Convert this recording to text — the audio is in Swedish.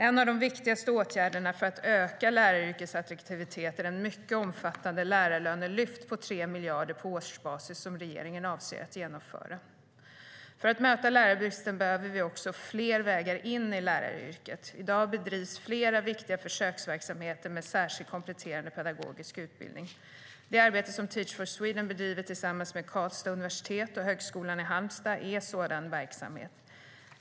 En av de viktigaste åtgärderna för att öka läraryrkets attraktivitet är det mycket omfattande lärarlönelyft på 3 miljarder kronor på årsbasis som regeringen avser att genomföra. För att möta lärarbristen behöver vi också fler vägar in till läraryrket. I dag bedrivs flera viktiga försöksverksamheter med särskild kompletterande pedagogisk utbildning. Det arbete som Teach for Sweden bedriver tillsammans med Karlstads universitet och Högskolan i Halmstad är en sådan verksamhet.